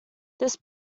this